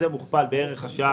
זה מוכפל בערך השעה,